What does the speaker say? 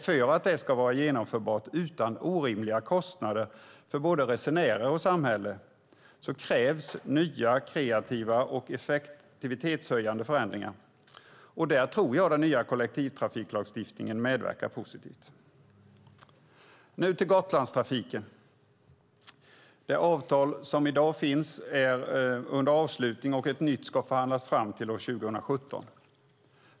För att det ska vara genomförbart utan orimliga kostnader för både resenärer och samhälle krävs nya, kreativa och effektivitetshöjande förändringar. Där tror jag att den nya kollektivtrafiklagstiftningen medverkar positivt. Nu till Gotlandstrafiken. Det avtal som finns i dag är under avslutning, och ett nytt ska förhandlas fram till år 2017.